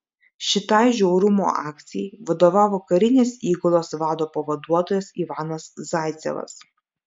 šitai žiaurumo akcijai vadovavo karinės įgulos vado pavaduotojas ivanas zaicevas